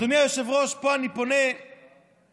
אדוני היושב-ראש, פה אני פונה לליברמן,